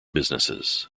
businesses